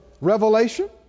revelation